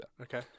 Okay